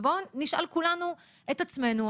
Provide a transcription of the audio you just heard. ובואו נשאל כולנו את עצמנו,